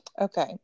Okay